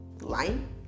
line